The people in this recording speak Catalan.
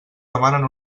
demanen